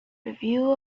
review